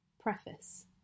Preface